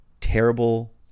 terrible